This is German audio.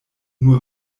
nur